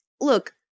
Look